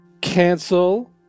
Cancel